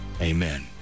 amen